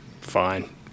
fine